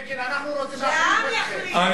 השר בגין, אנחנו רוצים להחליף אתכם.